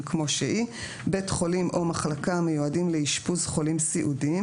כמו שהיא: בית חולים או מחלקה המיועדים לאשפוז חולים סיעודיים.